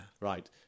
Right